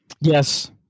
Yes